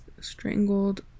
strangled